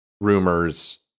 rumors